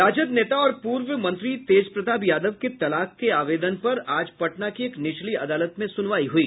राजद नेता और पूर्व मंत्री तेज प्रताप यादव के तलाक के आवेदन पर आज पटना की एक निचली अदालत में सुनवाई हुई